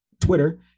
Twitter